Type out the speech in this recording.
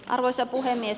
arvoisa puhemies